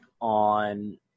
on